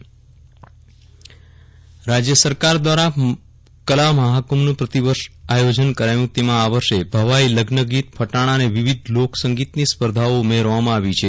વીરલ રાણા કલા મહાકુંભ રાજ્ય સરકાર દ્વારા કલા મહાકૂંભનું પ્રતિવર્ષ આયોજન કરાયું તેમાં આ વર્ષે ભવાઇ લગ્નગીત ફટાણા અને વિવિધ લોક સંગીતની સ્પર્ધાઓ ઉમેરવામાં આવી છે